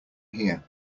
here